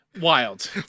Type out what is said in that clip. Wild